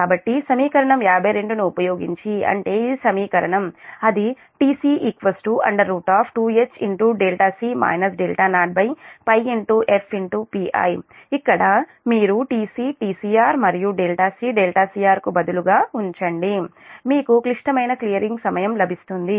కాబట్టి సమీకరణం 52 ను ఉపయోగించి అంటే ఈ సమీకరణం అది tc 2HπfPi ఇక్కడ మీరుtc tcr మరియుc cr కు బదులుగా ను ఉంచండి మీకు క్లిష్టమైన క్లియరింగ్ సమయం లభిస్తుంది